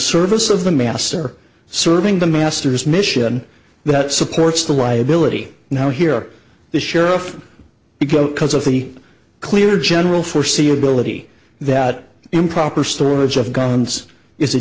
service of the master serving the masters mission that supports the why ability now here the sheriff because of the clear general foreseeability that improper storage of guns is a